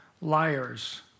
liars